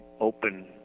open